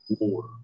war